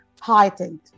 heightened